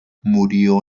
murió